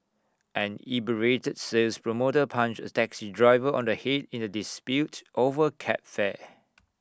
an inebriated sales promoter punched A taxi driver on the Head in the dispute over cab fare